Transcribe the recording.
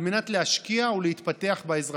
על מנת להשקיע ולהתפתח באזרחות.